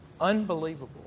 Unbelievable